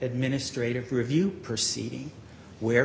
administrative review proceeding where